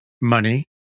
Money